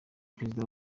perezida